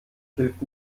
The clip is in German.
hilft